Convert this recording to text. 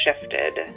shifted